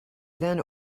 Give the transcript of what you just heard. then